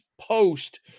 post